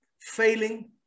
failing